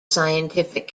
scientific